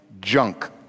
junk